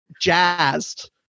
jazzed